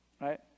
right